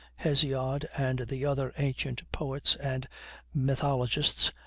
hesiod, and the other ancient poets and mythologists,